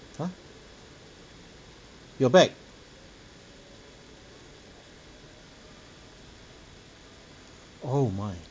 !huh! your back oh my